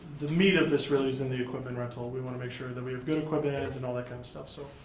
the meat of this really is in the equipment rental. we want to make sure that we have good equipment and and all that kind of stuff. so